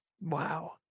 Wow